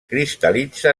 cristal·litza